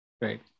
Right